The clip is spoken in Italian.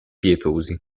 pietosi